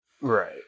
Right